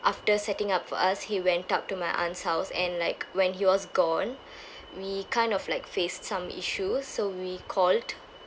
after setting up for us he went up to my aunt's house and like when he was gone we kind of like faced some issues so we called